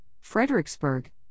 Fredericksburg